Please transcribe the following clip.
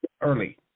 early